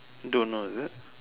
don't know is it